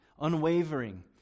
unwavering